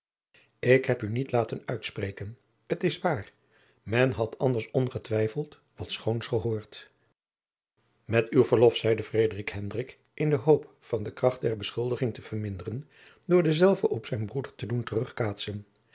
ik heb u niet laten uitspreken t is waar men had anders ongetwijfeld wat schoons gehoord met uw verlof zeide frederik hendrik in de hoop van de kracht der beschuldiging te verminderen door dezelve op zijn broeder te doen